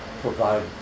provide